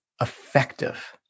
effective